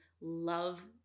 love